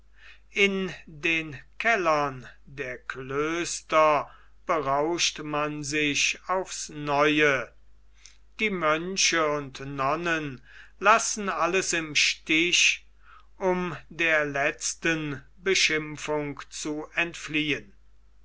in den kellern der klöster berauscht man sich aufs neue die mönche und nonnen lassen alles im stich um der letzten beschimpfung zu entfliehen